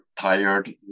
tired